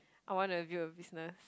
I want to build a business